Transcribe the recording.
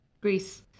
Greece